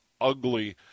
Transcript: ugly